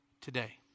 today